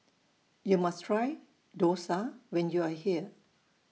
YOU must Try Dosa when YOU Are here